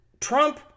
Trump